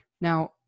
Now